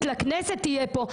המשפטית לכנסת תהיה פה.